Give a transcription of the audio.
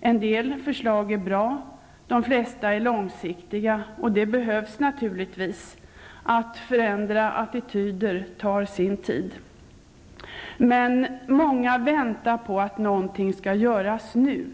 En del förslag är bra, och de flesta förslagen är långsiktiga. Det behövs naturligtvis. Att förändra attityder tar sin tid. Men många väntar på att någonting skall göras nu.